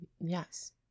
yes